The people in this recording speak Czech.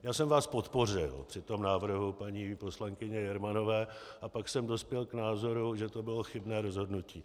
Já jsem vás podpořil při tom návrhu paní poslankyně Jermanové a pak jsem dospěl k názoru, že to bylo chybné rozhodnutí.